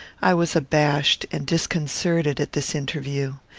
i was abashed and disconcerted at this interview.